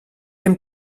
dem